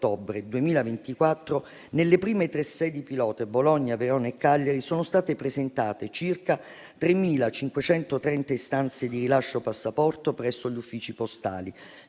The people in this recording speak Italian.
nelle prime tre sedi pilota (Bologna, Verona e Cagliari) sono state presentate circa 3.530 istanze di rilascio passaporto presso gli uffici postali,